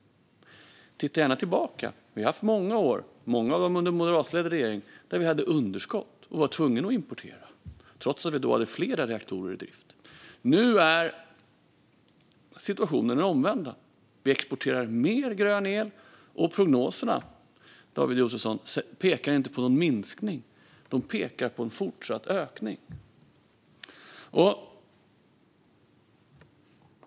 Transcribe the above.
Titta gärna tillbaka! Vi har haft många år, många av dem under moderatledda regeringar, då vi hade underskott och var tvungna att importera, trots att vi då hade fler reaktorer i drift. Nu är situationen den omvända. Vi exporterar mer grön el. Och prognoserna, David Josefsson, pekar inte på någon minskning; de pekar på en fortsatt ökning.